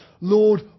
Lord